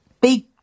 big